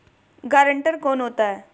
Guarantor कौन होता है?